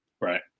Right